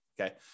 Okay